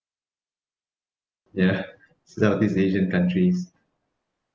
ya south east asian countries